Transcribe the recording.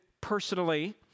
personally